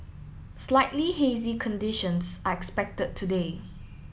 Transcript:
slightly hazy conditions are expected today